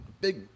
big